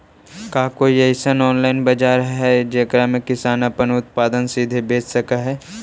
का कोई अइसन ऑनलाइन बाजार हई जेकरा में किसान अपन उत्पादन सीधे बेच सक हई?